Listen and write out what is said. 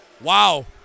Wow